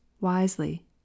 wisely